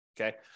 Okay